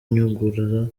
nyungura